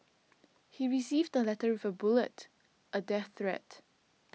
he received the letter with a bullet a death threat